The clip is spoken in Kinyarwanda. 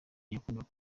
yakundaga